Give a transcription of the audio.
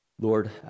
Lord